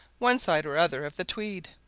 one side or other of the tweed.